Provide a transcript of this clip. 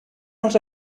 not